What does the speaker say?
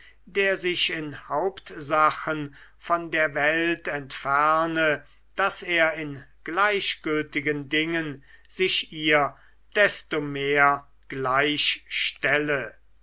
der sich in hauptsachen von der welt entferne daß er in gleichgültigen dingen sich ihr desto mehr